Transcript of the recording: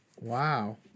Wow